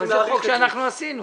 אבל זה חוק שאנחנו עשינו.